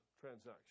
transaction